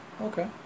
Okay